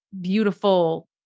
beautiful